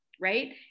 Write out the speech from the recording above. Right